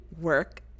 work